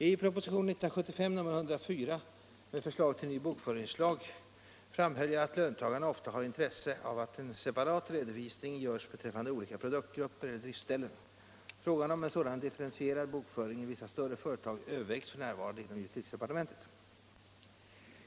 I proposition 1975:104 med förslag till ny bokföringslag m.m. framhöll jag att löntagarna ofta har intresse av att en separat redovisning görs beträffande olika produktgrupper eller driftsställen. Frågan om en sådan differentierad bokföring i vissa större företag övervägs f.n. inom justitiedepartementet.